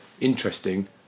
interesting